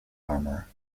armour